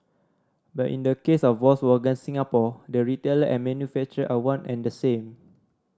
but in the case of Volkswagen Singapore the retailer and manufacture are one and the same